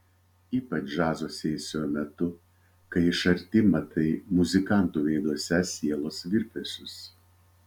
ypač džiazo sesijų metu kai iš arti matai muzikantų veiduose sielos virpesius